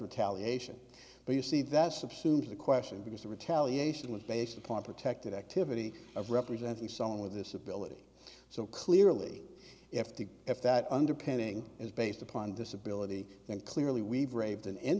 retaliation but you see that subsumes the question because the retaliation was based upon protected activity of representing someone with disability so clearly if the if that underpinning is based upon disability and clearly we braved an